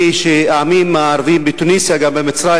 והיא שהעמים הערביים בתוניסיה וגם במצרים